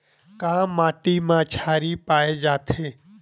का माटी मा क्षारीय पाए जाथे?